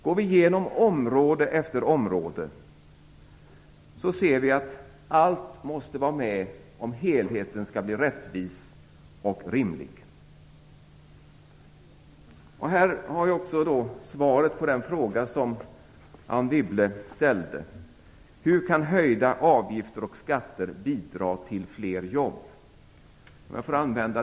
Går vi igenom område efter område ser vi att allt måste vara med om helheten skall bli rättvis och rimlig. Här finns också svaret på den fråga som Anne Wibble ställde, nämligen hur höjda avgifter och skatter kan bidra till fler jobb.